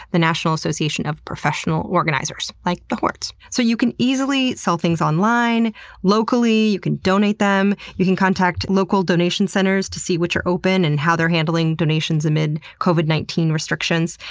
the national association of professional organizers, like the hords. so you can easily sell things online or locally, you can donate them. you can contact local donation centers to see which are open and how they're handling donations amid covid nineteen restrictions.